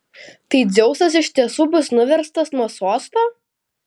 tai dzeusas iš tiesų bus nuverstas nuo sosto